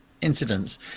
incidents